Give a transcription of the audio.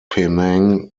penang